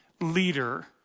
leader